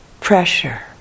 pressure